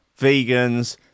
vegans